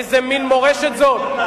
איזה מין מורשת זאת?